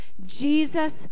Jesus